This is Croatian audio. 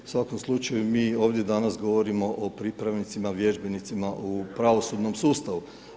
U svakom slučaju, mi ovdje danas govorimo o pripravnicima, vježbenicima u pravosudnom sustavu.